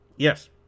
Yes